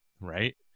right